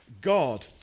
God